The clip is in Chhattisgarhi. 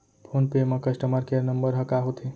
फोन पे म कस्टमर केयर नंबर ह का होथे?